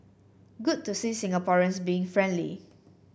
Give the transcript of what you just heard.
good to see Singaporeans being friendly